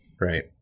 right